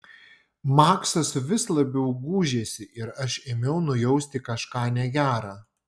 maksas vis labiau gūžėsi ir aš ėmiau nujausti kažką negera